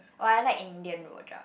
oh I like Indian rojak